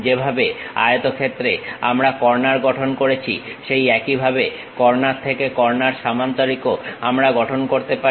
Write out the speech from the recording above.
যেভাবে আয়তক্ষেত্রে আমরা কর্নার গঠন করেছি সেই একইভাবে কর্নার থেকে কর্নার সামান্তরিকও আমরা গঠন করতে পারি